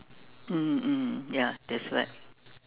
mm mm ya that's right